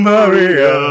Maria